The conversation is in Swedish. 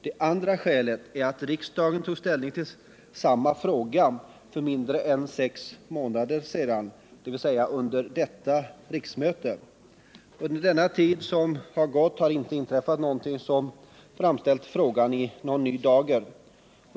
Det andra skälet är att riksdagen tog ställning till samma fråga för mindre än sex månader sedan, dvs. under detta riksmöte. Under denna tid har ju inte inträffat någonting som har framställt frågan i ny dager.